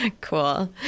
Cool